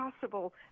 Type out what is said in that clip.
possible